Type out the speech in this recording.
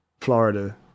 Florida